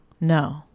No